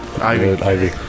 Ivy